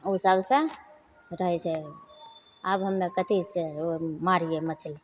ओहि सबसे रहै छै आब हमे कथी से ओ मारिए मछली